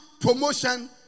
promotion